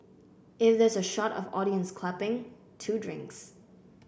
if there's a shot of audience clapping two drinks